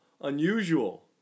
unusual